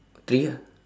three ah